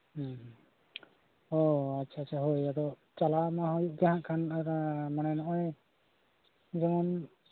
ᱚ ᱟᱪᱪᱷᱟ ᱟᱪᱪᱷᱟ ᱦᱳᱭ ᱟᱫᱚ ᱪᱟᱞᱟᱜ ᱢᱟ ᱦᱩᱭᱩᱜ ᱜᱮᱦᱟᱜ ᱠᱷᱟᱱ ᱚᱱᱟ ᱢᱟᱱᱮ ᱱᱚᱜᱼᱚᱭ ᱡᱮᱢᱚᱱ